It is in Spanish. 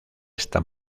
esta